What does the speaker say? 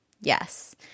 yes